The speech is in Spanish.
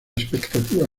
expectativa